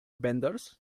vendors